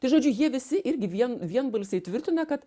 tai žodžiu jie visi irgi vien vienbalsiai tvirtina kad